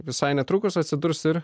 visai netrukus atsidurs ir